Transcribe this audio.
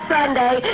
Sunday